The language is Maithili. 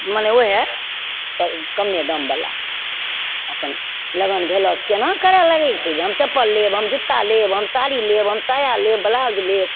मने वएह कम्मे दामवला अपन लगन भेलै कोना करै लगै छै हम चप्पल लेब हम जुत्ता लेब हम साड़ी लेब हम साया लेब ब्लाउज लेब